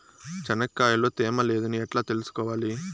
చెనక్కాయ లో తేమ లేదని ఎట్లా తెలుసుకోవాలి?